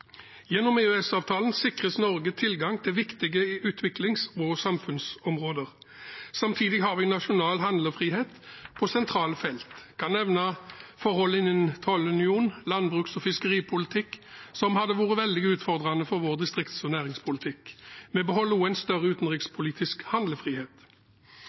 Gjennom EØS-avtalen sikres Norge tilgang til viktige utviklings- og samfunnsområder. Samtidig har vi nasjonal handlefrihet på sentrale felt. Jeg kan nevne forhold innen tollunionen og landbruks- og fiskeripolitikken, som hadde vært veldig utfordrende for vår distrikts- og næringspolitikk. Vi beholder også en større utenrikspolitisk handlefrihet.